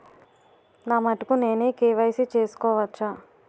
నా మటుకు నేనే కే.వై.సీ చేసుకోవచ్చా?